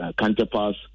counterparts